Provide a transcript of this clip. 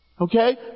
Okay